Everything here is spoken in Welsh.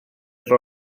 tro